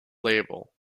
label